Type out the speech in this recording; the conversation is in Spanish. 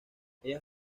ella